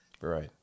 Right